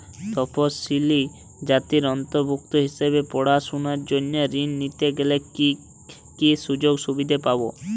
তফসিলি জাতির অন্তর্ভুক্ত হিসাবে পড়াশুনার জন্য ঋণ নিতে গেলে কী কী সুযোগ সুবিধে পাব?